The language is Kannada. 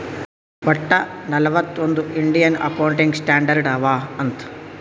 ವಟ್ಟ ನಲ್ವತ್ ಒಂದ್ ಇಂಡಿಯನ್ ಅಕೌಂಟಿಂಗ್ ಸ್ಟ್ಯಾಂಡರ್ಡ್ ಅವಾ ಅಂತ್